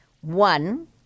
One—